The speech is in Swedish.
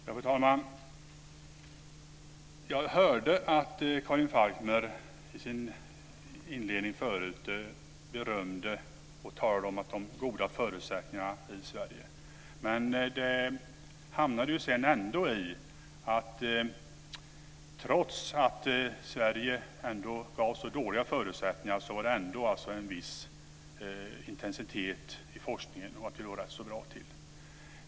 Fru talman! Jag hörde att Karin Falkmer i sin inledning förut berömde och talade om de goda förutsättningarna i Sverige. Men sedan hamnade hon ändå i att trots att Sverige hade så dåliga förutsättningar så var det ändå en viss intensitet i forskningen och att man låg ganska bra till.